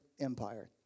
empire